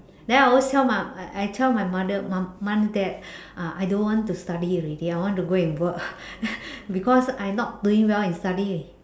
then I always tell my I I tell my mother my mum that uh I don't want to study already I want to go and work because I not doing well in studying